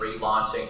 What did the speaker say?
relaunching